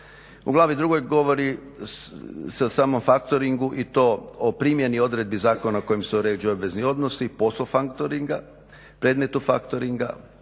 U glavi drugoj govori se o samom factoringu i to o primjeni odredbi zakona kojim se uređuju obvezni odnosi, posao factoringa, predmetu factoringa,